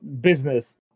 business